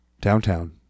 downtown